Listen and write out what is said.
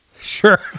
Sure